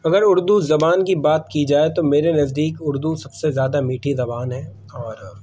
اگر اردو زبان کی بات کی جائے تو میرے نزدیک اردو سب سے زیادہ میٹھی زبان ہے اور